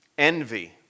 Envy